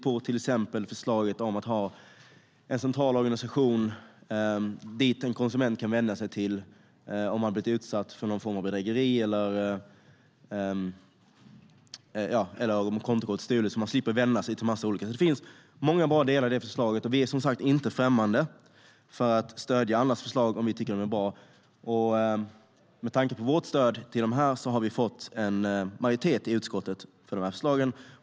Det gäller till exempel förslaget om att ha en central organisation dit en konsument kan vända sig om den har blivit utsatt för någon form av bedrägeri eller har fått sitt kontokort stulet så att den slipper vända sig till en massa olika. Det finns många bra delar i det förslaget. Vi är inte främmande för att stödja andras förslag om vi tycker att de är bra. Med vårt stöd har vi fått en majoritet i utskottet för förslagen.